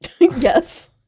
Yes